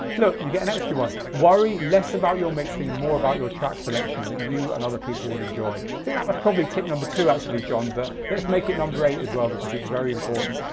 look, you get an extra one. worry less about your mixing and more about your track selection that you and other people would enjoy. i think that was probably tip number two actually, john. but let's make it number eight as well because it's very important.